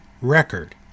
record